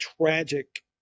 tragic